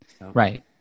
Right